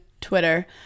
Twitter